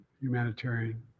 humanitarian